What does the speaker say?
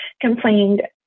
complained